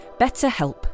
BetterHelp